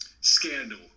Scandal